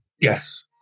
Yes